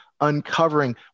uncovering